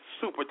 super